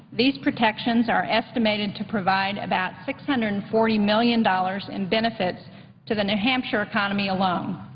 these protections are estimated to provide about six hundred and forty million dollars in benefits to the new hampshire economy alone.